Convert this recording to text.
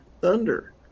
Thunder